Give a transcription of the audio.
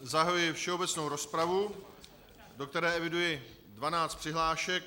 Zahajuji všeobecnou rozpravu, do které eviduji dvanáct přihlášek.